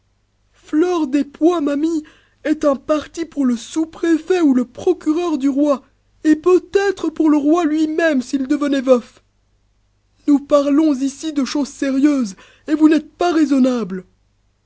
fleur des pois ma mie est un parti pour le sous-préfet ou pour le procureur du roi et peut-être pour le roi lui-même s'il devenait veuf nous parlons ici de choses sérieuses et vous n'êtes pas raisonnable